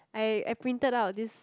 I I printed out this